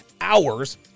hours